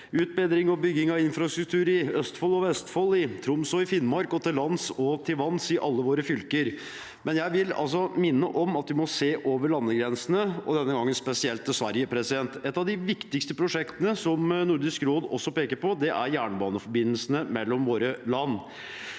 utbedring og bygging av infrastruktur i Østfold og Vestfold, i Troms og Finnmark og til lands og til vanns i alle våre fylker. Men jeg vil minne om at vi må se over landegrensene, og denne gangen spesielt til Sverige. Noen av de viktigste prosjektene, som også Nordisk råd peker på, er jernbaneforbindelsene mellom våre land.